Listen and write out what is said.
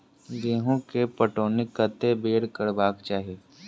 गेंहूँ केँ पटौनी कत्ते बेर करबाक चाहि?